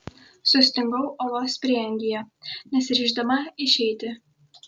sustingau olos prieangyje nesiryždama išeiti